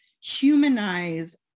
humanize